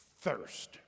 thirst